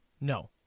No